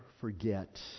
forget